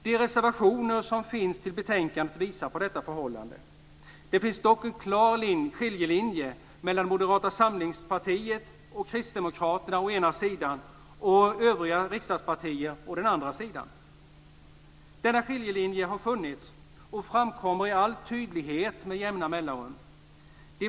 De reservationer som finns i betänkandet visar på detta förhållande. Det finns dock en klar skiljelinje mellan Moderata samlingspartiet och Kristdemokraterna å ena sidan och övriga riksdagspartier å andra sidan. Denna skiljelinje har funnits, och framkommer i all tydlighet med jämna mellanrum.